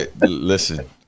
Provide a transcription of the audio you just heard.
Listen